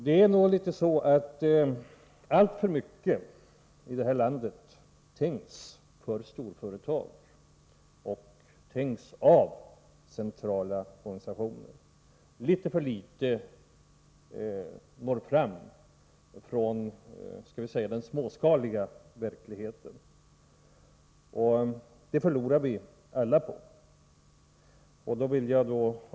Det tänks nog i detta land alltför mycket på storföretagen och från centrala organisationers horisont och litet för litet når fram från den småskaliga verkligheten. Vi förlorar alla på detta.